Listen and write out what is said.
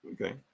Okay